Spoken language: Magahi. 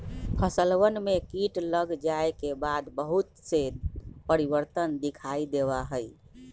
फसलवन में कीट लग जाये के बाद बहुत से परिवर्तन दिखाई देवा हई